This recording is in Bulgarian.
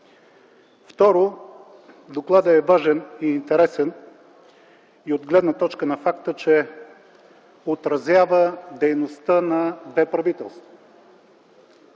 Второ, докладът е важен и интересен и от гледна точка на факта, че отразява дейността на две правителства,